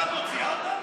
עכשיו את מוציאה אותנו?